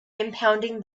impounding